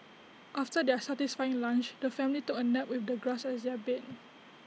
after their satisfying lunch the family took A nap with the grass as their bed